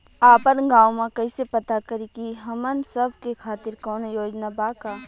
आपन गाँव म कइसे पता करि की हमन सब के खातिर कौनो योजना बा का?